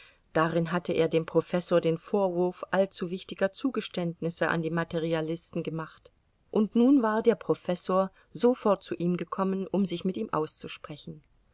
darin hatte er dem professor den vorwurf allzu wichtiger zugeständnisse an die materialisten gemacht und nun war der professor sofort zu ihm gekommen um sich mit ihm auszusprechen